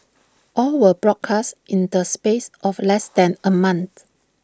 all were broadcast in the space of less than A month